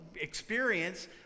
experience